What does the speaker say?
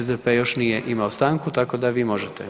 SDP još nije imao stanku, tako da vi možete.